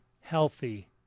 healthy